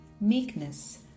Meekness